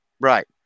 right